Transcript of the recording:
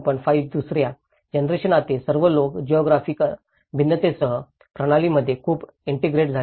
5 व दुस ्या जनरेशनतील सर्व लोक जिओग्राफिक भिन्नतेसह प्रणालीमध्ये खूप ईंटेग्रेट झाले आहेत